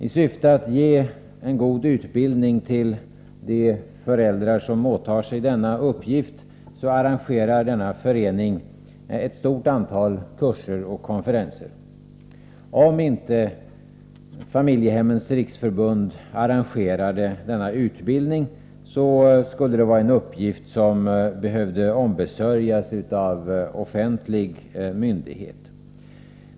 I syfte att ge en god utbildning till de föräldrar som åtar sig denna uppgift arrangerar föreningen ett stort antal kurser och konferenser. Om Familjehemmens riksförbund inte arrangerade denna utbildning skulle det vara en uppgift som behövde ombesörjas av offentlig myndighet.